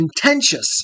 contentious